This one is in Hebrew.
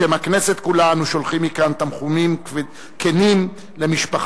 בשם הכנסת כולה אנו שולחים מכאן תנחומים כנים למשפחתו.